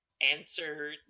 answer